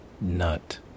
nut